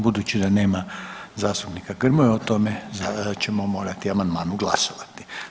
Budući da nema zastupnika Grmoje o tome ćemo morati amandmanu glasovati.